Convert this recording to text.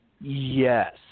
Yes